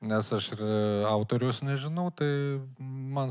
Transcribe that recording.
nes aš ir autoriaus nežinau tai man